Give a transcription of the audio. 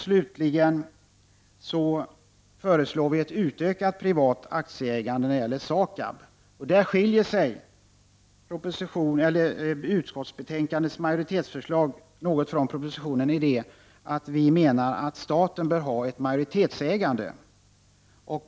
Slutligen föreslås ett utökat privat aktieägande i SAKAB. Där skiljer sig utskottsmajoritetens förslag något från propositionen, i det att utskottet menar att staten bör ha ett majoritetsägande.